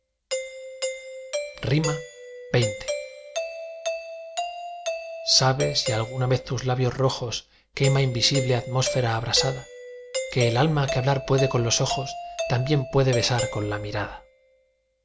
xx sabe si alguna vez tus labios rojos quema invisible atmósfera abrasada que el alma que hablar puede con los ojos también puede besar con la mirada